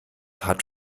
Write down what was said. hat